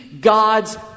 God's